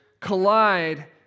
collide